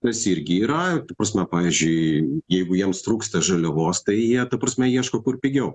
tas irgi yra prasme pavyzdžiui jeigu jiems trūksta žaliavos tai jie ta prasme ieško kur pigiau